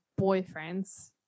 boyfriends